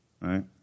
Right